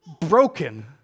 broken